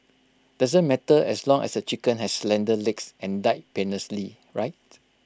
doesn't matter as long as the chicken has slender legs and died painlessly right